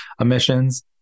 emissions